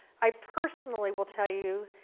i personally will tell you,